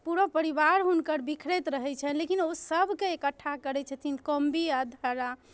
पूरा परिवार हुनकर बिखरैत रहै छनि लेकिन ओ सभकेँ एकट्ठा करै छथिन कोम्बी आ धरा